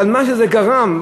אבל מה שזה גרם,